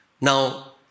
Now